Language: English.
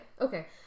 Okay